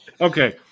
Okay